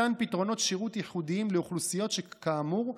מתן פתרונות שירות ייחודיים לאוכלוסיות כאמור,